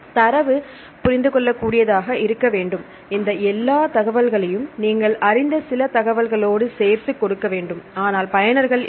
தரவு புரிந்துகொள்ளக்கூடியதாக இருக்க வேண்டும் இந்த எல்லா தகவல்களையும் நீங்கள் அறிந்த சில தகவல்களோடு சேர்த்து கொடுக்க வேண்டும் ஆனால் பயனர்கள் இல்லை